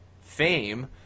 fame